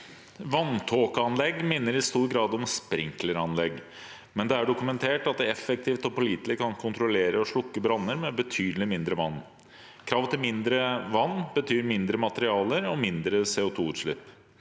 «Vanntåkeanlegg min- ner i stor grad om sprinkleranlegg, men det er dokumentert at de effektivt og pålitelig kan kontrollere og slukke branner med betydelig mindre vann. Krav til mindre vann betyr mindre materialer, og mindre CO2-utslipp.